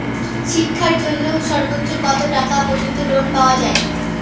শিক্ষার জন্য সর্বোচ্চ কত টাকা পর্যন্ত লোন পাওয়া য়ায়?